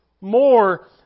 More